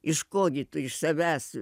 iš ko gi tu iš savęs